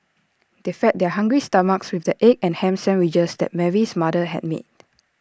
they fed their hungry stomachs with the egg and Ham Sandwiches that Mary's mother had made